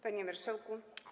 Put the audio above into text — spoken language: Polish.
Panie Marszałku!